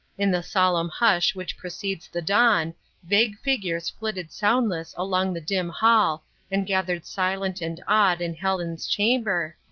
in the solemn hush which precedes the dawn vague figures flitted soundless along the dim hall and gathered silent and awed in helen's chamber,